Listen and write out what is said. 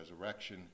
resurrection